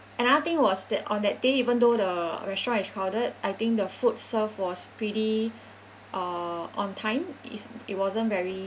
another thing was that on that day even though the restaurant is crowded I think the food served was pretty uh on time is it wasn't very